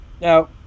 Now